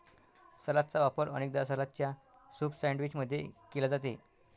सलादचा वापर अनेकदा सलादच्या सूप सैंडविच मध्ये केला जाते